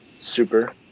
Super